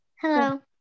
Hello